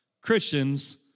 Christians